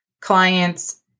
clients